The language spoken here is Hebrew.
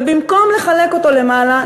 ובמקום לחלק אותו למעלה,